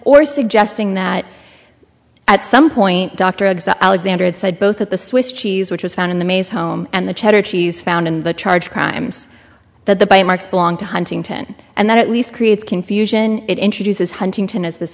or suggesting that at some point dr exum alexander had said both at the swiss cheese which was found in the maze home and the cheddar cheese found in the charge crimes that the bite marks belong to huntington and that at least creates confusion it introduces huntington is this